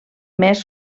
més